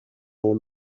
dans